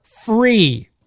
free